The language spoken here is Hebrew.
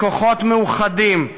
בכוחות מאוחדים,